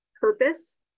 purpose